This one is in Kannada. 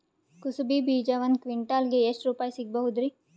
ಕುಸಬಿ ಬೀಜ ಒಂದ್ ಕ್ವಿಂಟಾಲ್ ಗೆ ಎಷ್ಟುರುಪಾಯಿ ಸಿಗಬಹುದುರೀ?